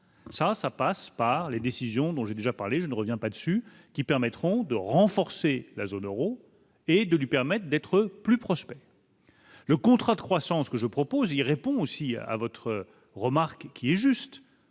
ça, ça passe par les décisions dont j'ai déjà parlé, je ne reviens pas dessus qui permettront de renforcer la zone Euro et de lui permettent d'être plus proche. Le contrat de croissance que je propose, il répond aussi à votre remarque qui est juste,